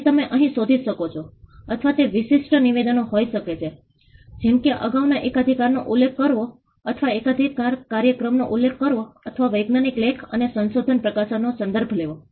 જેથી અમે તે કરી શકીએ કે તેઓ પોતે જ શું કરી શકે છે અને તેઓ ઘણાં અભિનેતાવાળી બાહ્ય એજન્સીઓની સહાયથી શું કરી શકે છે